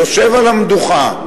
יושב על המדוכה,